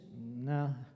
no